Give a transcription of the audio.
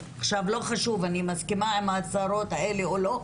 לא חשוב אם אני מסכימה עם ההצהרות האלה או לא,